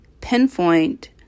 pinpoint